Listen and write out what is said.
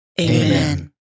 Amen